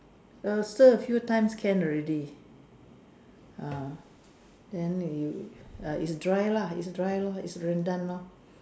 err stir a few times can already ah then you uh it's dry lah it's dry lor it's Rendang lor